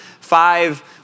five